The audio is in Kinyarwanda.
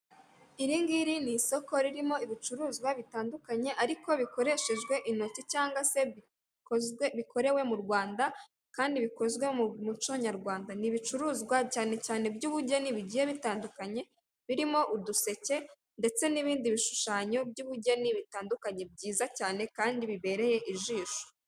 Iri ngiri ni isoko ririmo ibicuruzwa bitandukanye ariko bikoreshejwe intoki cyangwa se bikozwe bikorewe mu Rwanda kandi bikozwe mu muco nyarwanda, ni ibicuruzwa cyane cyane by'ubugeni bigiye bitandukanye birimo uduseke ndetse n'ibindi bishushanyo by'ubugeni bitandukanye byiza cyane kandi bibereye ijisho.